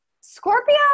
Scorpio